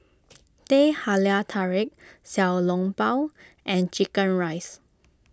Teh Halia Tarik Xiao Long Bao and Chicken Rice